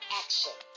action